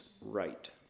right